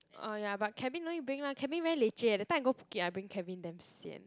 oh ya but cabin no need bring lah cabin very leceh that time I go Phuket I bring cabin damn sian